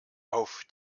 auf